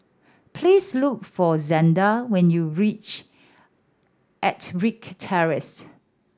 please look for Zander when you reach Ettrick Terrace